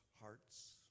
hearts